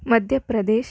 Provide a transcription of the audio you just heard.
Madhya Pradesh